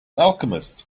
alchemist